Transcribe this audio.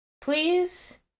Please